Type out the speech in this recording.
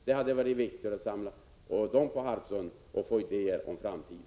Det hade varit viktigare att samla dem på Harpsund för att få idéer om framtiden.